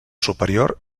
superior